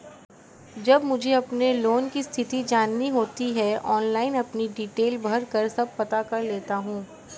जब मुझे अपने लोन की स्थिति जाननी होती है ऑनलाइन अपनी डिटेल भरकर मन सब पता कर लेता हूँ